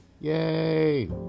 Yay